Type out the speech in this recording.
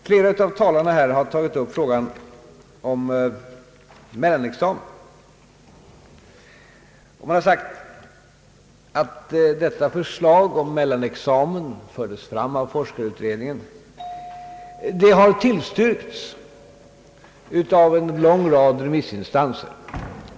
Flera av talarna i denna debatt har tagit upp frågan om mellanexamen och sagt att förslaget om en mellanexamen framförts av forskarutredningen. Det har, säger man, tillstyrkts av en lång rad remissinstanser.